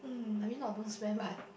I mean not don't spend but